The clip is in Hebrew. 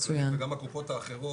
ואני חושב שגם הקופות האחרות,